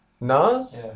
Nas